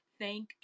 thank